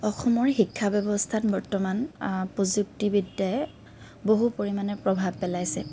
অসমৰ শিক্ষা ব্যৱস্থাত বৰ্তমান প্ৰযুক্তি বিদ্যাই বহু পৰিমাণে প্ৰভাৱ পেলাইছে